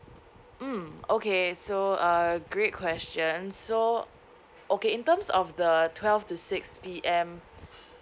mm okay so uh great question so okay in terms of the twelve to six P_M